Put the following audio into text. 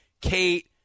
Kate